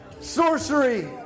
sorcery